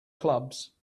clubs